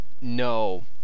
no